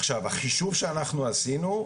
עכשיו החישוב שאנחנו עשינו,